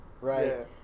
right